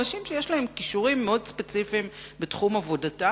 אנשים שיש להם כישורים מאוד ספציפיים בתחום עבודתם.